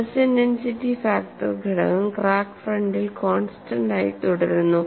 stress stress intensity factor ഘടകം crack ഫ്രണ്ടിൽ constant ആയി തുടരുന്നു